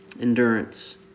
Endurance